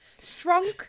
Strong